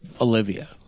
Olivia